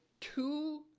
two